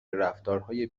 رفتارهای